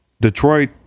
Detroit